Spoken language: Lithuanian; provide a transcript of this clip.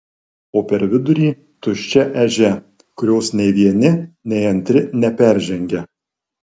o per vidurį tuščia ežia kurios nei vieni nei antri neperžengia